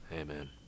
Amen